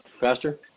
Pastor